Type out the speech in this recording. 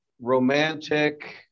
romantic